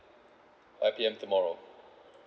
five P_M tomorrow